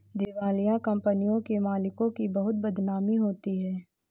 दिवालिया कंपनियों के मालिकों की बहुत बदनामी होती है